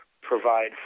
provide